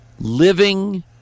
living